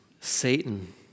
Satan